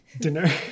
dinner